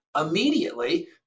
Immediately